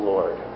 Lord